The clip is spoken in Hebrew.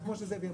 כמו שזאביק אמר,